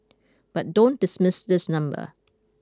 but don't dismiss this number